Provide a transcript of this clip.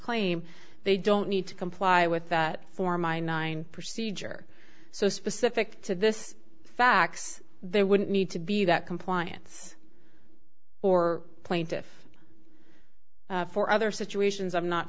claim they don't need to comply with that for my nine procedure so specific to this fax there wouldn't need to be that compliance or plaintiff for other situations i'm not